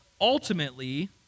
ultimately